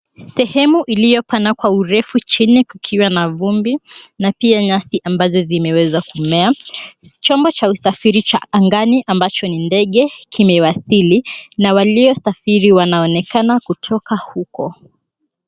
Sehemu ilio pana kwa urefu chini kukiwa na vumbi na pia nyasi ambazo zimeweza kumea. Chombo cha usafiri cha angani ambacho ni ndege kimewasili na waliosafiri wanaonekana kutoka huko.